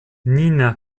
nina